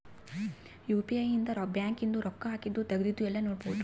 UPI ಇಂದ bank ಇಂದು ರೊಕ್ಕ ಹಾಕಿದ್ದು ತೆಗ್ದಿದ್ದು ಯೆಲ್ಲ ನೋಡ್ಬೊಡು